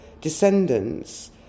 descendants